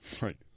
Right